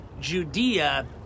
Judea